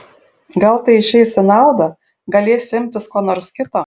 gal tai išeis į naudą galėsi imtis ko nors kito